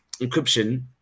encryption